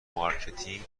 مارکتینگ